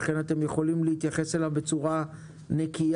ולכן אתם יכולים להתייחס אליו בצורה נקייה,